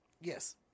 Yes